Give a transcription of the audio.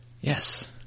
Yes